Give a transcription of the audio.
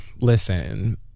listen